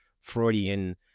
Freudian